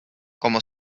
como